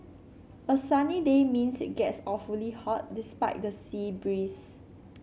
a sunny day means it gets awfully hot despite the sea breeze